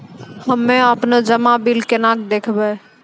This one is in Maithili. हम्मे आपनौ जमा बिल केना देखबैओ?